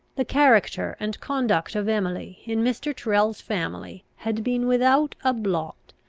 the character and conduct of emily in mr. tyrrel's family had been without a blot.